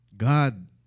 God